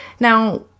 Now